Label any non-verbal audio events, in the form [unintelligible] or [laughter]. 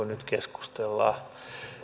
[unintelligible] nyt keskustellaan